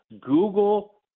Google